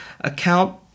account